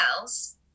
else